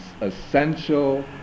essential